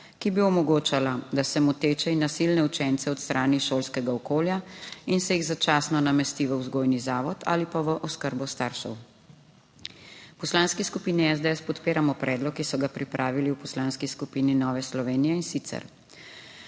ki bi omogočala, da se moteče in nasilne učence odstrani iz šolskega okolja in se jih začasno namesti v vzgojni zavod ali pa v oskrbo staršev. V Poslanski skupini SDS podpiramo predlog, ki so ga pripravili v Poslanski skupini Nove Slovenije, in sicer